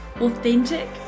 authentic